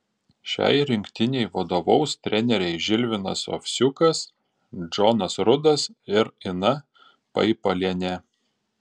šiai rinktinei vadovaus treneriai žilvinas ovsiukas džonas rudas ir ina paipalienė